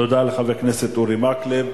תודה לחבר הכנסת אורי מקלב.